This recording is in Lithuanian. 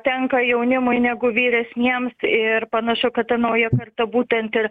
tenka jaunimui negu vyresniems ir panašu kad ta nauja karta būtent ir